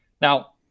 Now